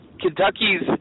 Kentucky's